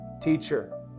teacher